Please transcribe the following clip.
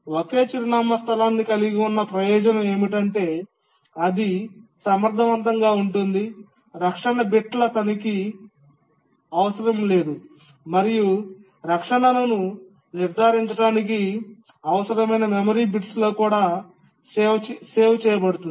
ఒకే చిరునామా స్థలాన్ని కలిగి ఉన్న ప్రయోజనం ఏమిటంటే అది సమర్థవంతంగా ఉంటుంది రక్షణ బిట్ల తనిఖీ అవసరం లేదు మరియు రక్షణను నిర్ధారించడానికి అవసరమైన మెమరీ బిట్స్లో కూడా సేవ్ చేయబడుతుంది